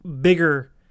bigger